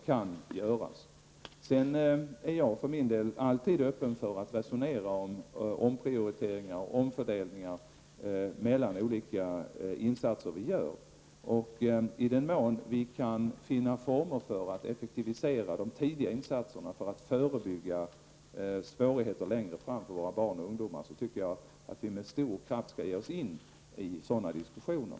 Jag är för min del alltid öppen för att resonera om omprioriteringar och omfördelningar när det gäller de olika insatser vi gör. I den mån vi kan finna former för att effektivisera de tidiga insatserna för att förebygga svårigheter längre fram för våra barn, anser jag att vi med stor kraft skall ge oss in i sådana diskussioner.